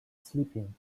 sleeping